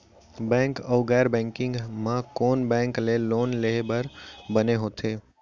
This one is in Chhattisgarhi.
बैंक अऊ गैर बैंकिंग म कोन बैंक ले लोन लेहे बर बने होथे?